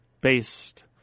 based